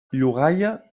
llogaia